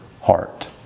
heart